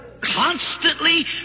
constantly